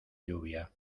lluvia